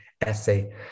essay